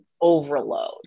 overload